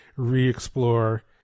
re-explore